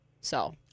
so-